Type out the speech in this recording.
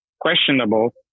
questionable